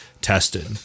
tested